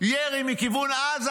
ירי מכיוון עזה,